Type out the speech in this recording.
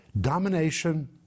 Domination